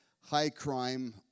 high-crime